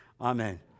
Amen